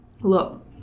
Look